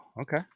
okay